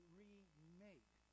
remake